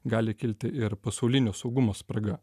gali kilti ir pasaulinio saugumo spraga